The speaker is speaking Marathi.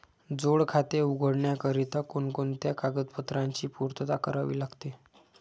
जोड खाते उघडण्याकरिता कोणकोणत्या कागदपत्रांची पूर्तता करावी लागते?